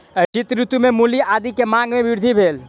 शीत ऋतू में मूली आदी के मांग में वृद्धि भेल